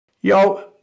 Yo